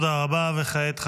תודה רבה.